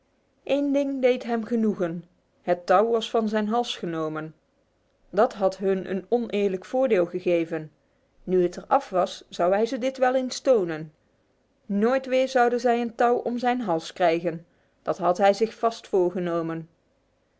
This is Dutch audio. een ding deed hem genoegen het touw was van zijn hals genomen dat had hun een oneerlijk voordeel gegeven nu het er af was zou hij hun dit wel eens tonen nooit weer zouden zij een touw om zijn hals krijgen dat had hij zich vast voorgenomen